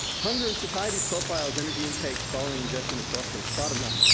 hunger and satiety profiles energy intakes following ingestion of soft drinks, bottom line,